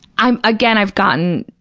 i'm, again, i've gotten,